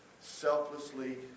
selflessly